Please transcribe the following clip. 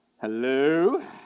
Hello